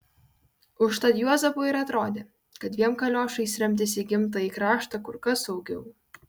užtat juozapui ir atrodė kad dviem kaliošais remtis į gimtąjį kraštą kur kas saugiau